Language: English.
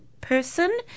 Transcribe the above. person